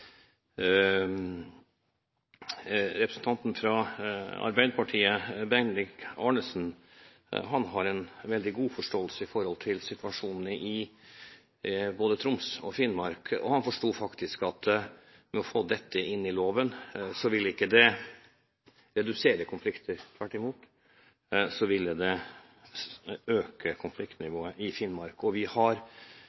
representanten fra Arbeiderpartiet, Bendiks H. Arnesen, hadde en veldig god forståelse av situasjonen i både Troms og Finnmark. Han forsto faktisk at å få dette inn i loven, ville ikke redusere konfliktene. Tvert imot, det ville øke konfliktnivået i Finnmark. Og vi har mer enn nok av konflikter når det